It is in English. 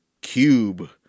Cube